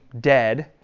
dead